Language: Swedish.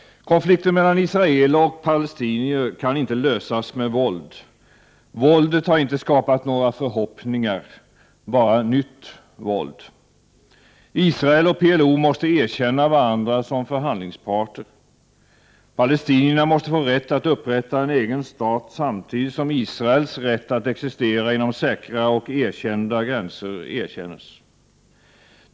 Konflikten mellan israelser och palestinier kan inte lösas med våld. Våldet har inte skapat några förhoppningar, bara nytt våld. Israel och PLO måste erkänna varandra som förhandlingsparter. Palestinierna måste få rätt att upprätta en egen stat, samtidigt som Israels rätt att existera inom säkra och erkända gränser erkännes.